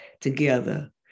together